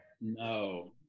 No